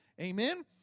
Amen